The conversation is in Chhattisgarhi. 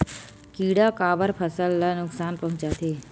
किड़ा काबर फसल ल नुकसान पहुचाथे?